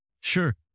Sure